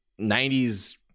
90s